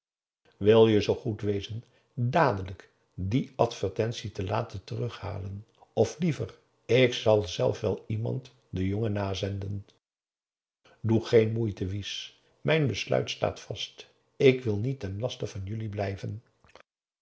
wil je zoo goed wezen dadelijk die advertentie te laten terughalen of liever ik zal zelf wel iemand den jongen nazenden doe geen moeite wies mijn besluit staat vast ik wil niet ten laste van jullie blijven